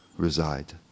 reside